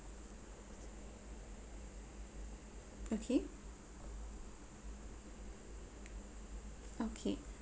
okay okay